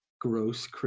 gross